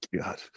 God